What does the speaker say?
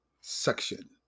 section